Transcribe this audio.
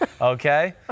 Okay